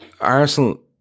Arsenal